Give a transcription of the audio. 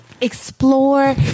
explore